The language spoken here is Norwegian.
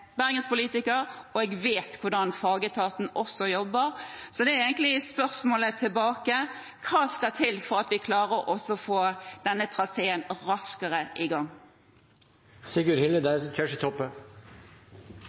og jeg vet hvordan fagetatene jobber. Egentlig kan spørsmålet gå tilbake: Hva skal til for at vi klarer å få denne traseen raskere i